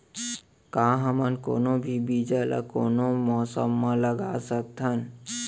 का हमन कोनो भी बीज ला कोनो मौसम म लगा सकथन?